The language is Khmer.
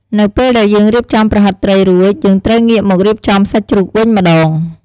នៅពេលដែលយើងរៀបចំប្រហិតត្រីរួច យើងត្រូវងាកមករៀបចំសាច់ជ្រូកវិញម្ដង។